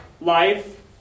life